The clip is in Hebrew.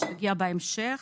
נאמר לי שתגיע בהמשך,